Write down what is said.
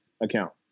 account